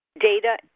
data